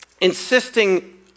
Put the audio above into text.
insisting